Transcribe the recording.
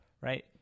Right